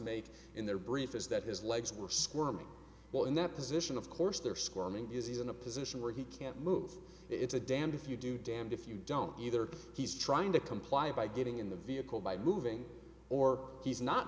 made in their brief is that his legs were squirming while in that position of course they're squirming is he's in a position where he can't move it's a damned if you do damned if you don't either he's trying to comply by getting in the vehicle by moving or he's not